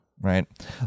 right